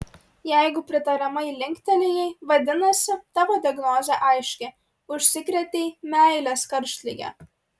jeigu pritariamai linktelėjai vadinasi tavo diagnozė aiški užsikrėtei meilės karštlige